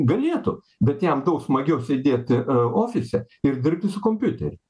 galėtų bet jam daug smagiau sėdėti ofise ir dirbti su kompiuteriu